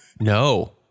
No